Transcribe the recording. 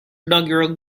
inaugural